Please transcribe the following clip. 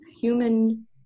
human